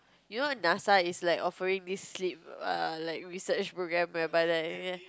you know N_A_S_A is like offering this slip err like research program whereby like